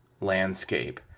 landscape